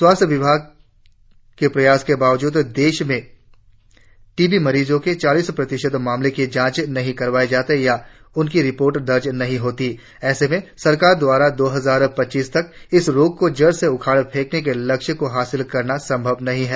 स्वास्थ्य विभाग के प्रयास के बावजूद देशभर में टी वी मरीजो के चालीस प्रतिशत मामलों की जांच नही कारवाए जाते या उनकी रिपोर्ट दर्ज नहीं होती ऐसे में केंद्र सरकार द्वारा दो हजार पच्चीस तक इस रोग को जड़ से उखार फैकने का लक्ष्य हासिल करना संभव नहीं है